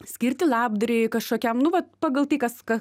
skirti labdarai kažkokiam nu vat pagal tai kas ka